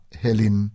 helin